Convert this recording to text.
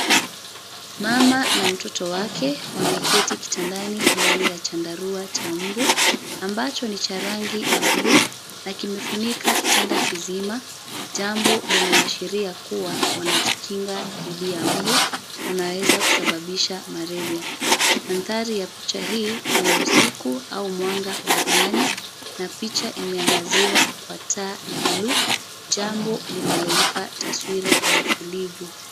Mama na mtoto wake wameketi kitandani ndani ya chandarua cha mbu; ambacho ni cha rangi ya buluu na kimefunika kitanda kizima, jambo linaloashiria kuwa wanajikinga dhidi ya mbu wanaoweza kusababisha malaria. Mandhari ya picha hii ni ya usiku au mwanga wa ndani na picha imeangaziwa kwa taa ya buluu, jambo linaloipa taswira ya utulivu.